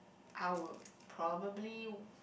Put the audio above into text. I would probably